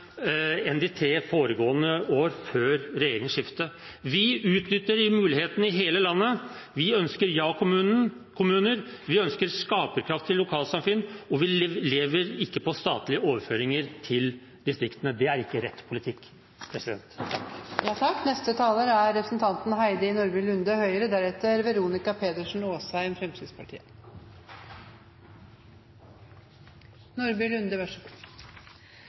enn de tre foregående år, før regjeringsskiftet. Vi utnytter mulighetene i hele landet. Vi ønsker ja-kommuner, vi ønsker skaperkraft i lokalsamfunn. Vi lever ikke på statlige overføringer til distriktene, det er ikke rett politikk. I Dagens Næringsliv skrev Menon før sommeren at kutt i formuesskatten er